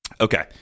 Okay